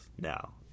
now